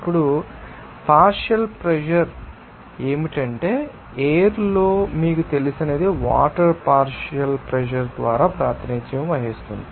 ఇప్పుడు partial pressure ఏమిటంటే air లో మీకు తెలిసినది వాటర్ పార్షియల్ ప్రెషర్ ద్వారా ప్రాతినిధ్యం వహిస్తుంది